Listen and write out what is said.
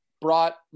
brought